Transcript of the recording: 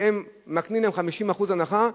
שהיו מקנות להם 50% הנחה,